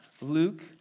Luke